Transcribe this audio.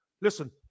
listen